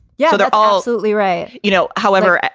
yeah so they're all slightly right. you know, however,